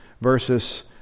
versus